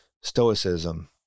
Stoicism